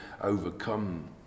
overcome